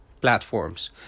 platforms